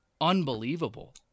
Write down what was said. unbelievable